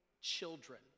children